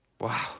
Wow